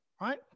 right